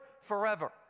forever